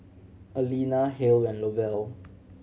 Alena Hale and Lovell